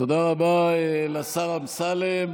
תודה רבה לשר אמסלם.